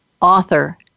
author